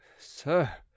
Sir